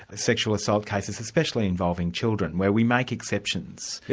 ah sexual assault cases, especially involving children, where we make exceptions.